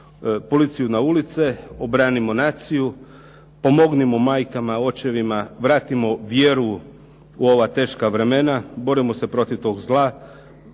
Policiju na ulice, obranimo naciju. Pomognimo majkama, očevima, vratimo vjeru u ova teška vremena. Borimo se protiv tog zla.